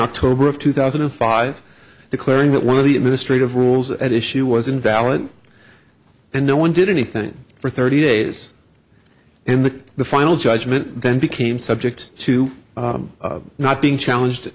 october of two thousand and five declaring that one of the administrative rules at issue was invalid and no one did anything for thirty days and the final judgment then became subject to not being challenged